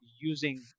using